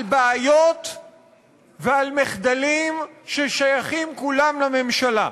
בעיות ועל מחדלים ששייכים כולם לממשלה,